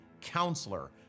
Counselor